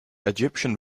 egyptian